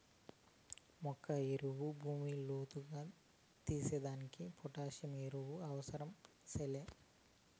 మొక్క ఏరు భూమిలో లోతుగా తీసేదానికి పొటాసియం ఎరువు అవసరం సెల్లే